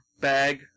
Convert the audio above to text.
bag